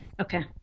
Okay